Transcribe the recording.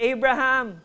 Abraham